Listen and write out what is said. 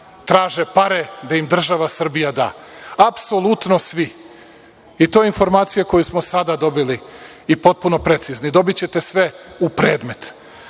traže pare da im država Srbija da. Apsolutno svi, i to je informacija koju smo sada dobili i potpuno je precizna i dobićete sve u predmet. Da